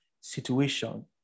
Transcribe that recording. situation